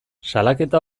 salaketa